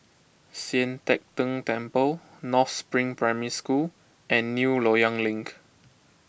Sian Teck Tng Temple North Spring Primary School and New Loyang Link